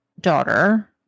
daughter